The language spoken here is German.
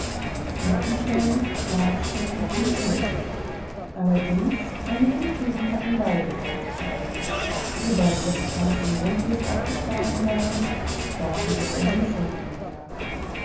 funkenstein schlagstein und zunder allerdings eine untugend hatten beide feuersteine sobald ihre kanten rundlich abgeschlagen waren gaben sie keine funken mehr